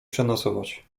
przenocować